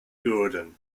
gordon